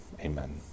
Amen